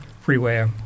freeway